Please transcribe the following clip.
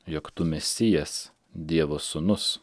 jog tu mesijas dievo sūnus